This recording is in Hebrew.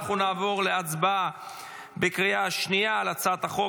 אנחנו נעבור להצבעה בקריאה שנייה על הצעת החוק